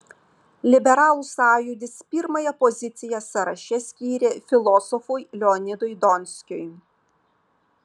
liberalų sąjūdis pirmąją poziciją sąraše skyrė filosofui leonidui donskiui